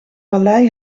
vallei